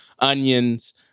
onions